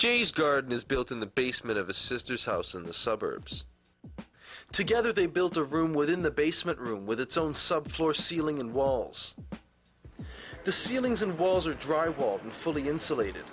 jays garden is built in the basement of a sister's house in the suburbs together they built a room within the basement room with its own sub floor ceiling and walls the ceilings and walls are dry wall and fully insulated